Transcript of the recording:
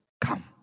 come